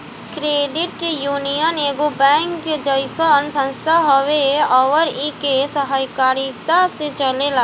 credit union एगो bank जइसन संस्था हवे अउर इ के सहकारिता से चलेला